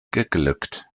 geglückt